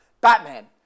Batman